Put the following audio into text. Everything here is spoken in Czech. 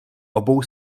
obou